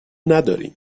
نداریم